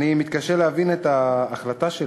אחרי שהם סיימו לחקור את התנהלות הקצינים שלנו במהלך "צוק איתן",